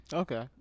okay